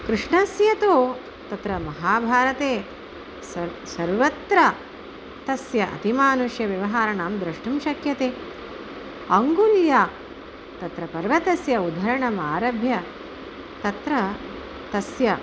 कृष्णस्य तु तत्र महाभारते स सर्वत्र तस्य अतिमानुष्यव्यवहाराणां द्रष्टुं शक्यते अङ्गुल्यां तत्र पर्वतस्य उद्धारणम् आरभ्य तत्र तस्य